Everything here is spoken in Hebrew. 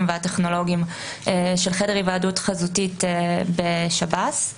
והטכנולוגיים של חדר היוועדות חזותית בשב"ס.